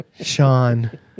Sean